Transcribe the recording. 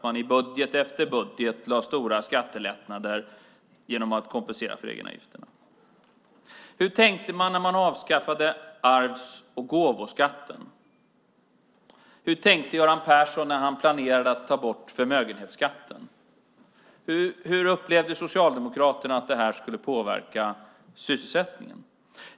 I budget efter budget lade man fram stora skattelättnader genom att kompensera för egenavgifterna. Hur tänkte man när man avskaffade arvs och gåvoskatten? Hur tänkte Göran Persson när han planerade att ta bort förmögenhetsskatten? Hur upplevde Socialdemokraterna att det här skulle påverka sysselsättningen?